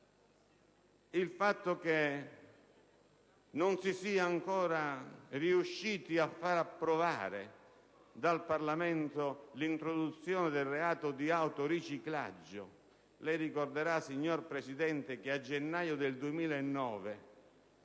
il fatto che non si sia ancora riusciti a far approvare dal Parlamento l'introduzione del reato di autoriciclaggio. Lei ricorderà, signor Presidente, che a gennaio del 2009,